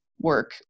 work